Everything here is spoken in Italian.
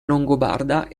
longobarda